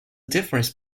difference